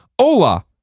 Hola